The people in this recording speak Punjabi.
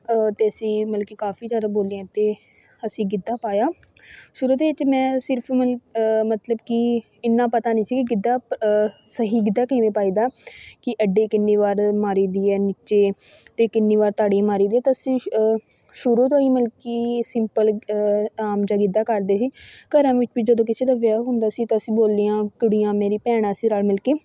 ਅਤੇ ਅਸੀਂ ਮਤਲਬ ਕਿ ਕਾਫ਼ੀ ਜ਼ਿਆਦਾ ਬੋਲੀਆ 'ਤੇ ਅਸੀਂ ਗਿੱਧਾ ਪਾਇਆ ਸ਼ੁਰੂ ਦੇ ਵਿੱਚ ਮੈਂ ਸਿਰਫ ਮਲ ਮਤਲਬ ਕਿ ਇੰਨਾ ਪਤਾ ਨਹੀਂ ਸੀ ਕਿ ਗਿੱਧਾ ਸਹੀ ਗਿੱਧਾ ਕਿਵੇਂ ਪਾਈਦਾ ਕਿ ਅੱਡੀ ਕਿੰਨੀ ਵਾਰ ਮਾਰੀ ਦੀ ਹੈ ਨੀਚੇ ਅਤੇ ਕਿੰਨੀ ਵਾਰ ਤਾੜੀ ਮਾਰੀ ਦੀ ਆ ਤਾਂ ਅਸੀਂ ਸ਼ੂ ਸ਼ੁਰੂ ਤੋਂ ਹੀ ਮਲਕੀ ਸਿੰਪਲ ਆਮ ਜਾ ਗਿੱਧਾ ਕਰਦੇ ਸੀ ਘਰਾਂ ਵਿੱਚ ਵੀ ਜਦੋਂ ਕਿਸੇ ਦਾ ਵਿਆਹ ਹੁੰਦਾ ਸੀ ਤਾਂ ਅਸੀਂ ਬੋਲੀਆਂ ਕੁੜੀਆਂ ਮੇਰੀ ਭੈਣਾਂ ਅਸੀਂ ਰਲ ਮਿਲ ਕੇ